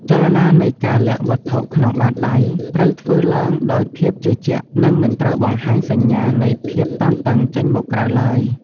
ចលនានៃការលាក់វត្ថុក្នុងបាតដៃត្រូវធ្វើឡើងដោយភាពជឿជាក់ និង មិនត្រូវបង្ហាញសញ្ញានៃភាពតានតឹងចេញមកក្រៅឡើយ។